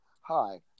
Hi